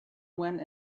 went